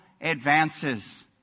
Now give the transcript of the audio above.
advances